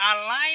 align